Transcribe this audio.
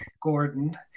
Gordon